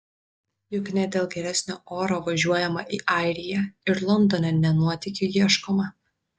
juk ne dėl geresnio oro važiuojama į airiją ir londone ne nuotykių ieškoma